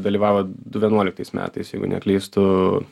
dalyvavo du vienuoliktais metais jeigu neklystu